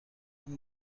اون